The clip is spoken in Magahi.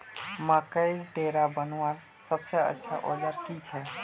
मकईर डेरा बनवार सबसे अच्छा औजार की छे?